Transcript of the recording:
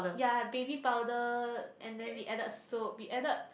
ya baby powder and then we added soap we added